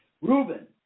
Reuben